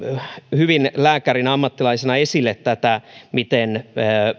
hyvin lääkärinä ammattilaisena esille tätä miten